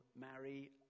marry